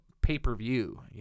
pay-per-view